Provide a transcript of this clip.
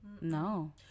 No